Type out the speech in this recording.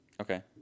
Okay